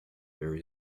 very